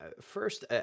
First